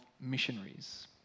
missionaries